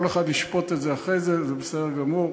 כל אחד ישפוט את זה אחרי זה, זה בסדר גמור,